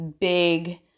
big